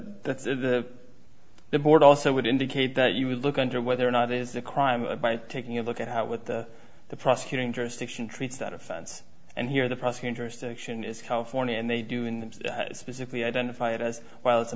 to the board also would indicate that you would look under whether or not is a crime by taking a look at how with the prosecuting jurisdiction treats that offense and here the prosecutors to action is california and they do in specifically identify it as well